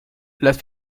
las